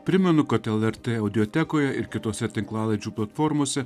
primenu kad lrt audiotekoje ir kitose tinklalaidžių platformose